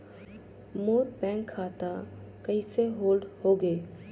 मोर bank खाता कइसे hold होगे?